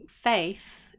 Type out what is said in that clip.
faith